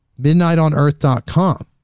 Midnightonearth.com